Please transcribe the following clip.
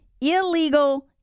illegal